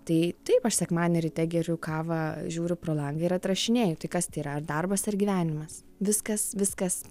tai taip aš sekmadienį ryte geriu kavą žiūriu pro langą ir atrašinėju tai kas tai yra ar darbas ar gyvenimas viskas viskas